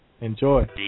Enjoy